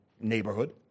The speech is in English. neighborhood